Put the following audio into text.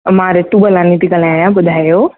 मां रितू बलानी थी ॻाल्हायां ॿुधायो